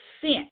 sent